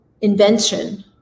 invention